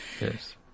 Yes